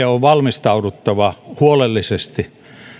on valmistauduttava huolellisesti